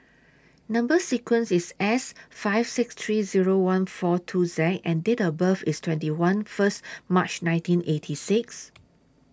Number sequence IS S five six three Zero one four two Z and Date of birth IS twenty one First March nineteen eighty six